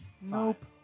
Nope